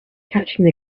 catching